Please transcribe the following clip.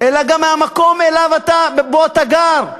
אלא גם מהמקום שבו אתה גר.